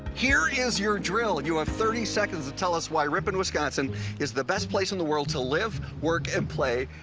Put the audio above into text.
here is your drill. you have thirty seconds to tell us why ripon, wisconsin is the best place in the world to live, work and play.